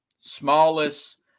smallest